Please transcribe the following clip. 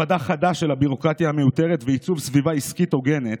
הורדה חדה של הביורוקרטיה המיותרת ועיצוב סביבה עסקית הוגנת